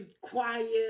quiet